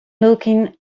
looking